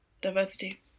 diversity